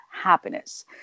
happiness